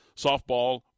softball